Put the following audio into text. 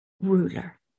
ruler